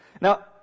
Now